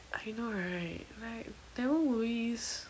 I know right like tamil movies